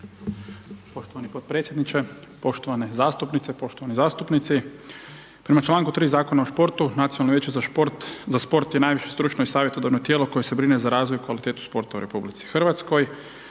Poštovani potpredsjedniče, poštovane zastupnice, poštovani zastupnici. Prema čl. 3 Zakona o športu, Nacionalno vijeće za šport za sport je najviše stručno savjetodavno tijelo koje se brine za razvoj i kvalitetu sporta u RH. Nacionalno